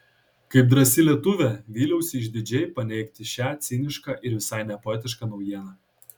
kaip drąsi lietuvė vyliausi išdidžiai paneigti šią cinišką ir visai nepoetišką naujieną